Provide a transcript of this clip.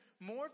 more